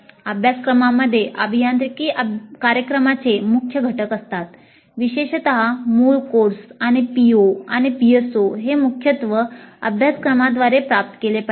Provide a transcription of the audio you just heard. अभ्यासक्रमांमध्ये अभियांत्रिकी कार्यक्रमाचे मुख्य घटक असतात विशेषत मूळ कोर्स आणि PO आणि PSO हे मुख्यत्वे अभ्यासक्रमांद्वारे प्राप्त केले पाहिजेत